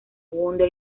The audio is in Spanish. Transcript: wonder